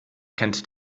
kennt